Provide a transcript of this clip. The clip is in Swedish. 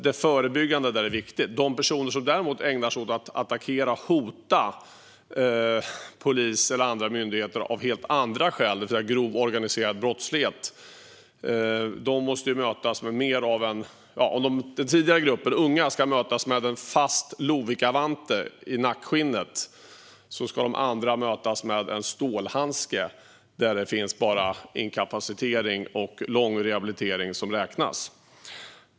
Det förebyggande är alltså viktigt här. De personer som däremot ägnar sig åt att attackera och hota polis eller andra myndigheter av helt andra skäl, det vill säga grov organiserad brottslighet, måste mötas med något annat. Om den tidigare gruppen, de unga, ska mötas med en fast lovikkavante i nackskinnet ska de andra mötas med en stålhandske där det bara är inkapacitering och lång rehabilitering som räknas.